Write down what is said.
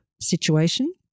situation